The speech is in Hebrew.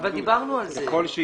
אבל דיברנו על זה.